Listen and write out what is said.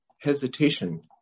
hesitation